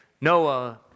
Noah